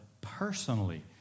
personally